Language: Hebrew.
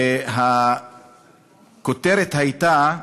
והכותרת הייתה: